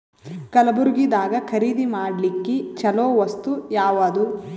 ಕಲಬುರ್ಗಿದಾಗ ಖರೀದಿ ಮಾಡ್ಲಿಕ್ಕಿ ಚಲೋ ವಸ್ತು ಯಾವಾದು?